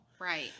Right